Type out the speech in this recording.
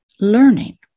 learning